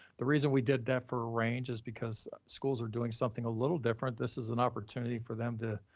the reason we did that for range is because schools are doing something a little different. this is an opportunity for them to